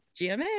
GMA